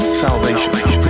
Salvation